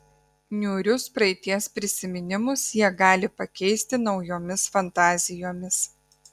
niūrius praeities prisiminimus jie gali pakeisti naujomis fantazijomis